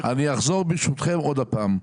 אני אחזור, ברשותכם, עוד פעם.